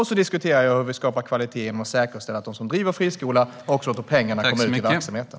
Sedan diskuterar jag hur vi skapar kvalitet genom att säkerställa att de som driver friskola också låter pengarna komma ut i verksamheten.